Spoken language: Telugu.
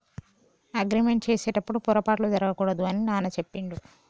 అగ్రిమెంట్ చేసేటప్పుడు పొరపాట్లు జరగకూడదు అని నాన్న చెప్పిండు